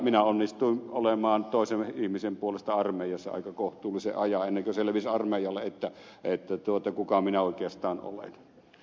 minä onnistuin olemaan toisen ihmisen puolesta armeijassa aika kohtuullisen ajan ennen kuin selvisi armeijalle kuka minä oikeastaan olen